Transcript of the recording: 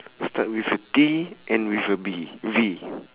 start with a D end with a B V